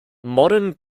modern